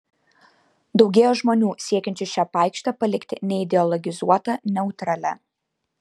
daugėja žmonių siekiančių šią paikšę palikti neideologizuota neutralia